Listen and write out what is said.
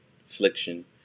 affliction